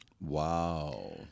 Wow